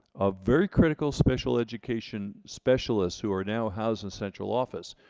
ah very critical special education specialists who are now housed in central office.